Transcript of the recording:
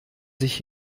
sich